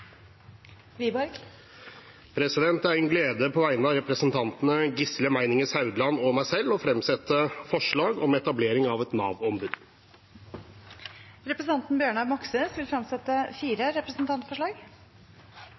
representantforslag. Det er på vegne av representanten Gisle Meininger Saudland og meg selv en glede å framsette et forslag om etablering av et Nav-ombud. Representanten Bjørnar Moxnes vil